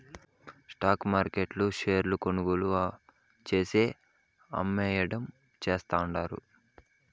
stock మార్కెట్ల షేర్లు కొనుగోలు చేసి, అమ్మేయడం చేస్తండారు